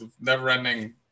never-ending